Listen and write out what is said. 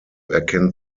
erkennt